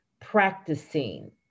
practicing